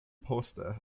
poste